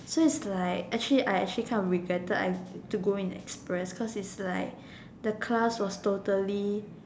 so it's like actually I I actually kind of regretted I to go in express cause is like the class was totally